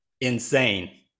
insane